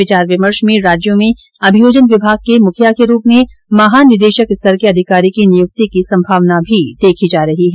विचार विमर्श में राज्यों में अभियोजन विभाग के मुखिया के रूप में महानिदेशक स्तर के अधिकारी की नियुक्ति की संभावना भी देखी जा रही है